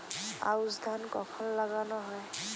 আউশ ধান কখন লাগানো হয়?